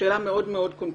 שאלה מאוד מאוד קונקרטית,